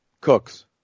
Cooks